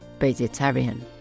vegetarian